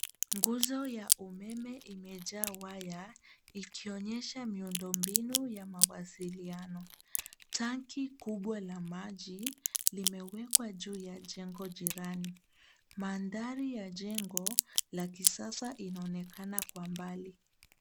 Nguzo ya umeme imejaa waya, ikionyesha miundo mbinu ya mawasiliano tanki kubwa la maji limewekwa juu ya jengo jirani. mandhari ya jengo la kisasa inaonekana kwa mbali.